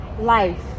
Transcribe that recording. life